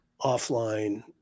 offline